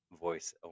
voice